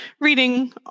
reading